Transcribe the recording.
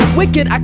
wicked